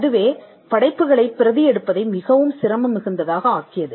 அதுவே படைப்புகளை பிரதி எடுப்பதை மிகவும் சிரமம் மிகுந்ததாக ஆக்கியது